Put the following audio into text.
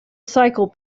cycle